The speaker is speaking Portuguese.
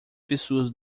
pessoas